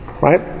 right